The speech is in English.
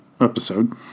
episode